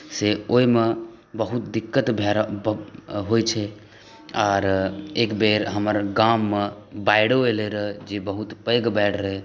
से ओहिमे बहुत दिक्कत होइ छै आओर एकबेर हमर गाममे बाढ़िओ एलै रह जे बहुत पैघ बाढि रहै